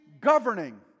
governing